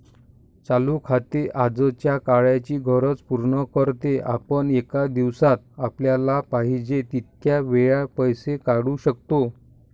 चालू खाते आजच्या काळाची गरज पूर्ण करते, आपण एका दिवसात आपल्याला पाहिजे तितक्या वेळा पैसे काढू शकतो